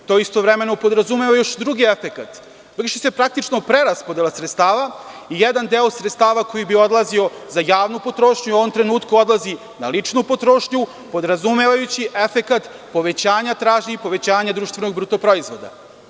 To istovremeno podrazumeva još i drugi efekat, vrši se praktično preraspodela sredstava i jedan deo sredstava koji bi odlazio za javnu potrošnju u ovom trenutku odlazi na ličnu potrošnju, podrazumevajući efekat povećanja tražnje i povećanja društvenog bruto proizvoda.